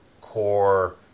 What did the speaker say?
core